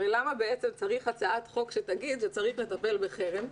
למה בעצם צריך הצעת חוק שתגיד שצריך לטפל בחרם.